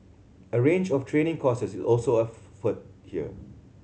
a range of training courses is also offered here